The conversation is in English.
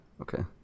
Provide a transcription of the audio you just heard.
Okay